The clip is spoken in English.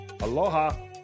Aloha